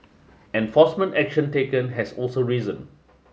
enforcement action taken has also risen